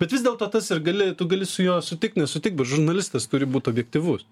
bet vis dėlto tas ir gali tu gali su juo sutikt nesutikt bet žurnalistas turi būt objektyvus